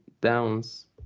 downs